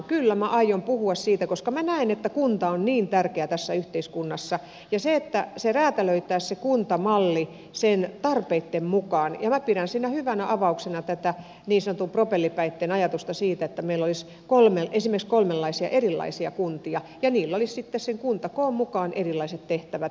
kyllä minä aion puhua siitä koska minä näen että tässä yhteiskunnassa kunta ja se että se kuntamalli räätälöitäisiin sen tarpeitten mukaan ovat niin tärkeitä ja minä pidän siinä hyvänä avauksena tätä niin sanottua propellipäitten ajatusta siitä että meillä olisi esimerkiksi kolmenlaisia erilaisia kuntia ja niillä olisi sitten sen kuntakoon mukaan erilaiset tehtävät